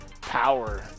power